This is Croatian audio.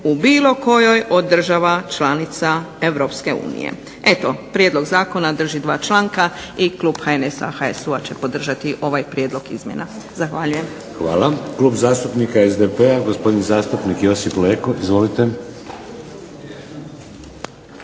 u bilo kojoj od država članica EU. Eto, prijedlog zakona drži dva članka i klub HNS-HSU-a će podržati ovaj prijedlog izmjena. Zahvaljujem. **Šeks, Vladimir (HDZ)** Hvala. Klub zastupnika SDP-a, gospodin zastupnik Josip Leko. Izvolite.